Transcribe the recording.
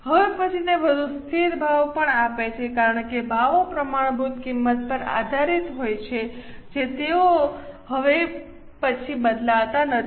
હવે પછીથી તે વધુ સ્થિર ભાવ પણ આપે છે કારણ કે ભાવો પ્રમાણભૂત કિંમત પર આધારિત હોય છે જે તેઓ હવે પછી બદલાતા નથી